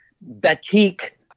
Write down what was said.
batik